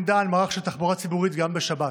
דן מערך של תחבורה ציבורית גם בשבת.